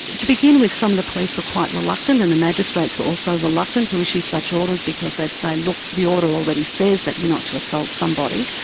to begin with, some of the police were quite reluctant and the magistrates were also reluctant to issue such orders because they'd say look, the order already says that you're not to assault somebody',